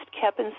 kept